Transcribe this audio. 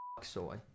soy